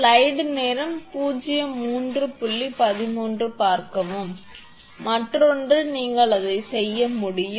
slide நேரம்0313 பார்க்கவும் மற்றொன்று நீங்கள் அதை செய்ய முடியும்